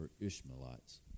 Ishmaelites